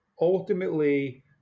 ultimately